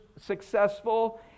successful